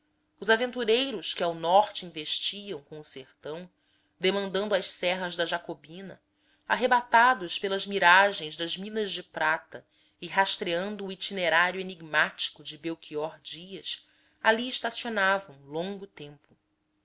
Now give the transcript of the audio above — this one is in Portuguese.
os aventureiros que ao norte investiam com o sertão demandando as serras da jacobina arrebatados pela miragem das minas de prata e rastreando o itinerário enigmático de belchior dias ali estacionavam longo tempo